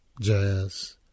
jazz